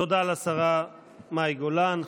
תודה לשרה מאי גולן.